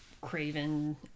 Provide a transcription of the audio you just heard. Craven